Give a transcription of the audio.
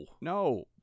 No